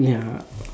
ya outs~